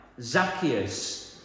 Zacchaeus